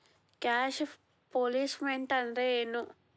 Cash flow statement ಅಂದ್ರೇನು?